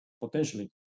potentially